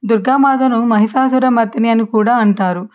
దుర్గామాతను మహిషాసురమర్ధిని అని కూడా అంటారు